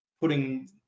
putting